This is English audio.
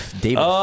David